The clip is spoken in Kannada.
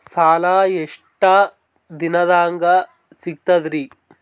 ಸಾಲಾ ಎಷ್ಟ ದಿಂನದಾಗ ಸಿಗ್ತದ್ರಿ?